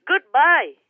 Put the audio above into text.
Goodbye